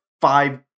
five